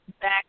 back